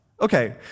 Okay